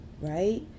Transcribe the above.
right